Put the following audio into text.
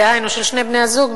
דהיינו של שני בני הזוג,